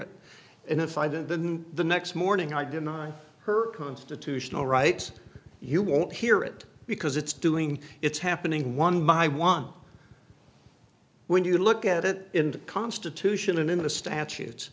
it and if i hadn't been the next morning i deny her constitutional right you won't hear it because it's doing it's happening one by one when you look at it in the constitution and in the statutes